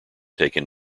taken